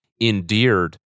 endeared